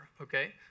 okay